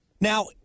Now